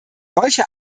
solche